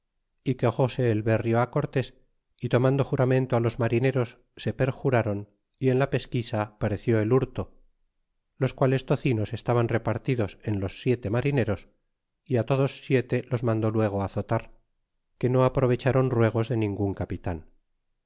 y quejóse el renio á cortés y tomado juramento fi los marineros se perjuraron y en la pesquisa pareció el hurto los quales tocinos estaban repartidos en los siete marineros y á todos siete los mandó luego azotar que no aprovechron ruegos de ningun capitan